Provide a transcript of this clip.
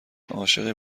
عاشق